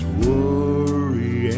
worry